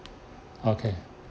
okay